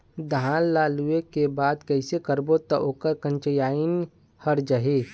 धान ला लुए के बाद कइसे करबो त ओकर कंचीयायिन हर जाही?